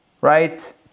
Right